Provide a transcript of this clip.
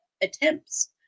attempts